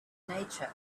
nature